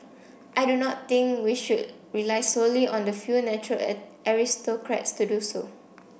I do not think we should rely solely on the few natural aristocrats to do so